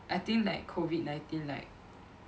I think that COVID nineteen like